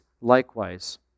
likewise